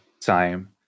time